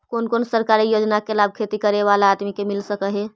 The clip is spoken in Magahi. कोन कोन सरकारी योजना के लाभ खेती करे बाला आदमी के मिल सके हे?